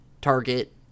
target